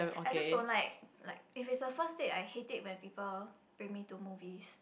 I just don't like like it is the first date I hate it when people bring me to movies